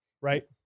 right